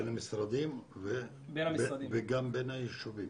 בין המשרדים וגם בין היישובים.